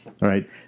right